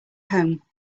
home